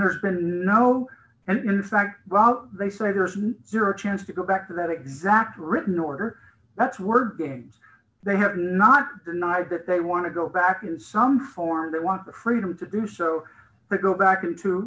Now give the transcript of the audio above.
there's been no and in fact they say there's no zero chance to go back to that exact written order that's word games they have not denied that they want to go back in some form they want the freedom to do so i go back into